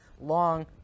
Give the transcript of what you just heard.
long